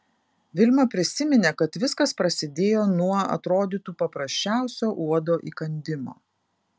vilma prisiminė kad viskas prasidėjo nuo atrodytų paprasčiausio uodo įkandimo